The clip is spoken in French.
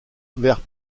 vers